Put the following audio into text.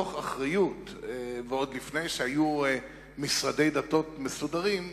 מתוך אחריות ועוד לפני שהיו משרדי דתות מסודרים,